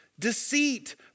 Deceit